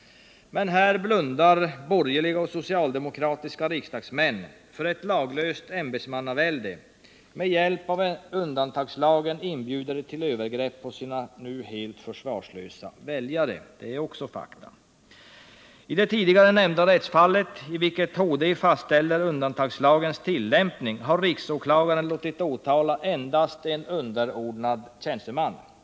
Men här blundar borgerliga och socialdemokratiska riksdagsmän för ett laglöst ämbetsmannavälde. Med hjälp av undantagslagen inbjuder de till övergrepp på sina nu helt försvarslösa väljare. Det är också fakta. I det tidigare nämnda rättsfallet, i vilket högsta domstolen fastställt undantagslagens tillämpning, har riksåklagaren låtit åtala endast en underordnad tjänsteman.